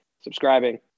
subscribing